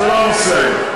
אבל זה לא הנושא היום.